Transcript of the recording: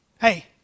hey